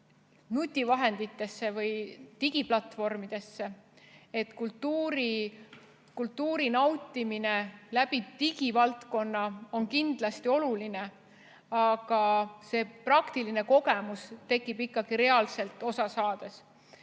nutivahenditesse või digiplatvormidesse. Kultuuri nautimine digivaldkonna kaudu on kindlasti oluline, aga praktiline kogemus tekib ikkagi reaalselt osa saades.